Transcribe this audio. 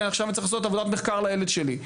הינה עכשיו אני צריך לעשות עבודת מחקר לילד שלי,